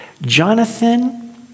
Jonathan